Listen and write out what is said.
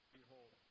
Behold